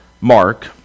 Mark